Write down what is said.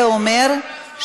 זה אומר שהדיון